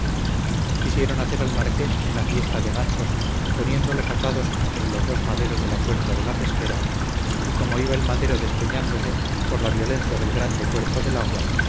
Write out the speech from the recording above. quisieron hacer al marqués una fiesta de gansos poniéndolos atados entre los dos maderos de la puerta de la pesquera y como iba el madero despeñándose por la violencia del grande cuerpo del agua